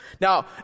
Now